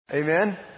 Amen